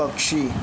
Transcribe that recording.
पक्षी